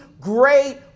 great